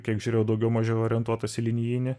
kiek žiūrėjau daugiau mažiau orientuotas į linijinį